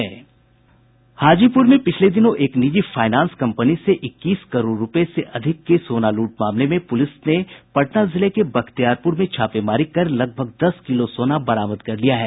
हाजीपुर में पिछले दिनों एक निजी फाइनांस कंपनी से इक्कीस करोड़ रुपये से अधिक के सोना लूट मामले में पुलिस ने पटना जिले के बख्तियारपुर में छापेमारी कर लगभग दस किलो सोना बरामद कर लिया है